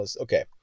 okay